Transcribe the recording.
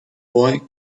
boy